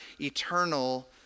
eternal